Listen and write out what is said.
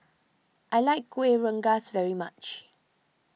I like Kuih Rengas very much